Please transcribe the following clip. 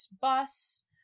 bus